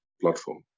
platform